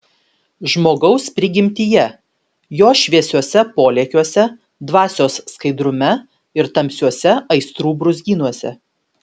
žmogaus prigimtyje jo šviesiuose polėkiuose dvasios skaidrume ir tamsiuose aistrų brūzgynuose